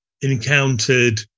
encountered